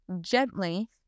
gently